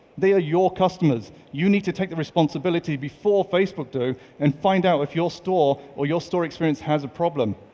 they are ah your customers. you need to take the responsibility before facebook do and find out if your store or your store experience has a problem,